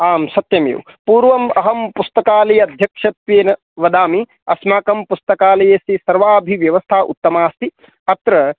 आम् सत्यमेव पूर्वम् अहम् पुस्तकालीयाध्यक्षत्येन वदामि अस्माकं पुस्तकालयस्य सर्वाभि व्यवस्था उत्तमा अस्ति अत्र